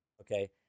okay